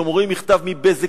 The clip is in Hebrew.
כשהם רואים מכתב מ"בזק",